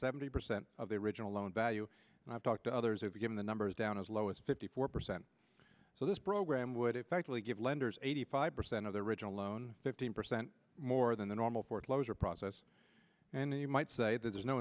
seventy percent of the original loan value and i've talked to others who give the numbers down as low as fifty four percent so this program would effectively give lenders eighty five percent of the original loan fifteen percent more than the normal foreclosure process and you might say that there's no